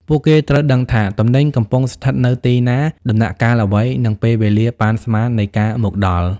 ពួកគេត្រូវដឹងថាទំនិញកំពុងស្ថិតនៅទីណា ដំណាក់កាលអ្វី និងពេលវេលាប៉ាន់ស្មាននៃការមកដល់។